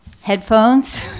headphones